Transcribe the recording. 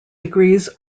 degrees